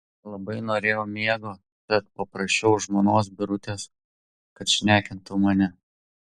labai norėjau miego tad paprašiau žmonos birutės kad šnekintų mane